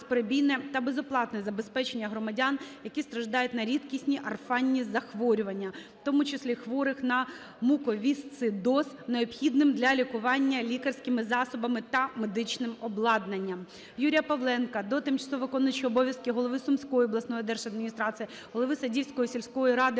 та безоплатне забезпечення громадян, які страждають на рідкісні (орфанні) захворювання, в тому числі хворих на муковісцидоз, необхідними для лікування лікарськими засобами та медичним обладнанням. Юрія Павленка до тимчасово виконуючого обов'язки голови Сумської обласної держадміністрації, голови Садівської сільської ради